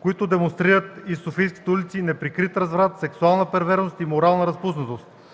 които демонстрират из софийските улици неприкрит разврат, сексуална перверзност и морална разпуснатост.